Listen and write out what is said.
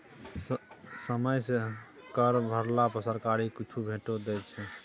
समय सँ कर भरला पर सरकार किछु छूटो दै छै